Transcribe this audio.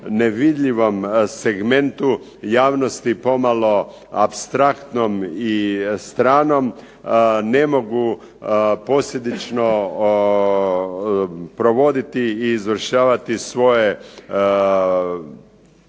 nevidljivom segmentu, javnosti pomalo apstraktnom i stranom ne mogu posljedično provoditi i izvršavati svoje